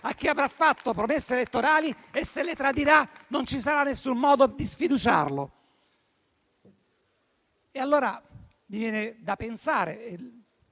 a chi avrà fatto promesse elettorali e, se le tradirà, non ci sarà alcun modo di sfiduciarlo. Mi viene da pensare